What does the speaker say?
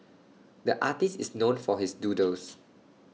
the artist is known for his doodles